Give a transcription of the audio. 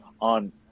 on